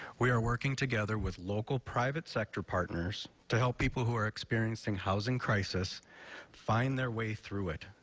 we are working together with local private sector partners to help people who are experiencing housing crisis find their way through it.